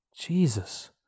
Jesus